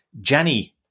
Janny